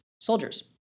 soldiers